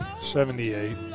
Seventy-eight